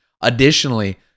Additionally